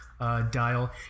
Dial